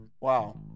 Wow